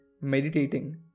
meditating